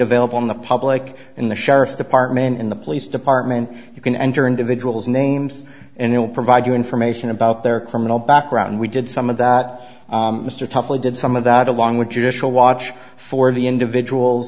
available in the public in the sheriff's department in the police department you can enter individuals names and it will provide you information about their criminal background and we did some of that mr toughly did some of that along with judicial watch for the individual